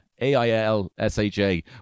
A-I-L-S-H-A